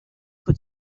put